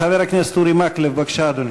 חבר הכנסת אורי מקלב, בבקשה, אדוני.